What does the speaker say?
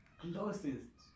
closest